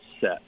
set